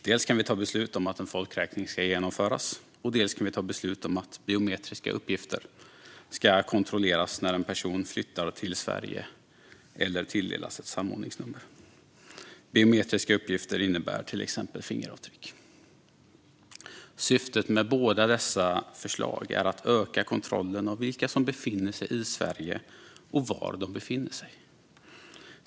Dels kan vi ta beslut om att en folkräkning ska genomföras, dels kan vi ta beslut om att biometriska uppgifter ska kontrolleras när en person flyttar till Sverige eller tilldelas ett samordningsnummer. Biometriska uppgifter innebär till exempel fingeravtryck. Syftet med båda dessa förslag är att öka kontrollen av vilka som befinner sig i Sverige och var de befinner sig.